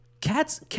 Cats